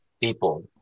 people